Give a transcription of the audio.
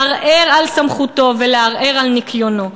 לערער על סמכותו ולערער על ניקיונו.